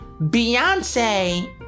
Beyonce